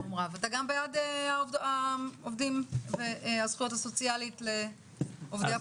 אתה גם בעד זכויות סוציאליות לעובדי הפלטפורמות?